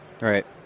Right